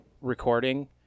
recording